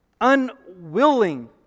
Unwilling